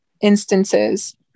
instances